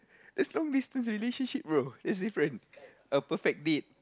that's not business relationship bro is different a perfect date